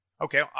Okay